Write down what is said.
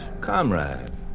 Comrade